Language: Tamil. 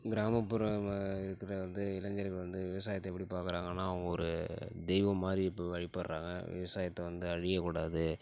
கிராமப்புறமாக இருக்கிற வந்து இளைஞர்கள் வந்து விவசாயத்தை எப்படி பார்க்கறாங்கன்னா அவங்க ஒரு தெய்வம் மாதிரி பு வழிபடுறாங்க விவசாயத்தை வந்து அழியக்கூடாது